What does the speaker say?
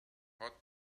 hot